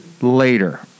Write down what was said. later